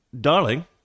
Darling